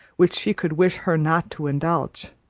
which she could wish her not to indulge!